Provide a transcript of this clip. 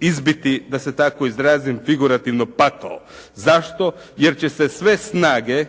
izbiti da se tako izrazim figurativno «pato». Zašto? Jer će se sve snage